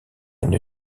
une